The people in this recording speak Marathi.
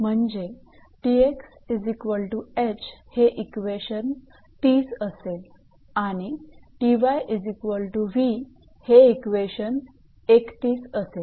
म्हणजे 𝑇𝑥 𝐻 हे इक्वेशन 30 असेल आणि 𝑇𝑦 𝑉 हे इक्वेशन 31 असेल